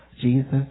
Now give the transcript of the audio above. Jesus